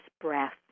breath